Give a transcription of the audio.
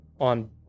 on